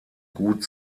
gut